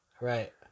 right